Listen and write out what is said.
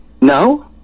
No